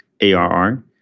ARR